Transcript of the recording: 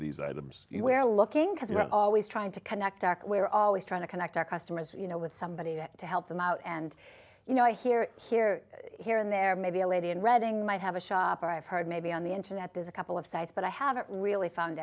these items you were looking because you're always trying to connect dark we're always trying to connect our customers you know with somebody that to help them out and you know here here here and there maybe a lady in reading might have a shop or i've heard maybe on the internet there's a couple of sites but i haven't really found